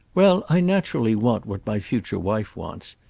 well, i naturally want what my future wife wants.